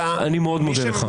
אני מאוד מודה לך.